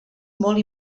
molt